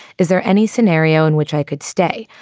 is there any scenario in which i could stay?